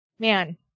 man